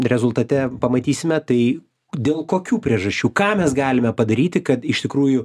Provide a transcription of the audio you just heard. rezultate pamatysime tai dėl kokių priežasčių ką mes galime padaryti kad iš tikrųjų